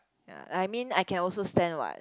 ya I mean I can also stand what